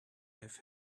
have